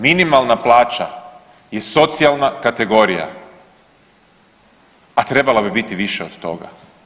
Minimalna plaća je socijalna kategorija, a trebala bi biti više od toga.